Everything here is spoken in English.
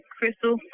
Crystal